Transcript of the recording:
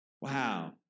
Wow